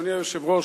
אדוני היושב-ראש,